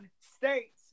state's